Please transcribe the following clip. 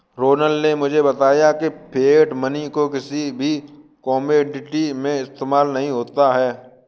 रौनक ने मुझे बताया की फिएट मनी को किसी भी कोमोडिटी में इस्तेमाल नहीं होता है